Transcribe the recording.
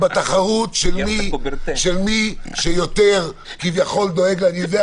של מי שיותר כביכול לכן אני אומר,